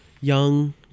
young